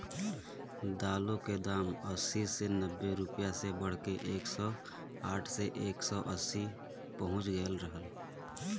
दालों क दाम अस्सी से नब्बे रुपया से बढ़के एक सौ साठ से एक सौ अस्सी पहुंच गयल रहल